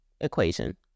equation